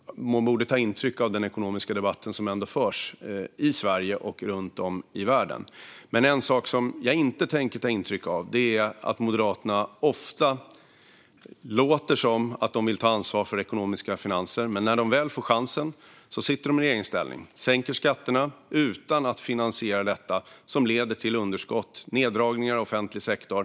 Man borde ta intryck av den ekonomiska debatt som förs i Sverige och runt om i världen. En sak som jag inte tänker ta intryck av är att det ofta låter som att Mo-deraterna vill ta ansvar för ekonomi och finanser, för när de väl får chansen i regeringsställning sänker de skatterna utan att finansiera detta, vilket leder till underskott och neddragningar i offentlig sektor.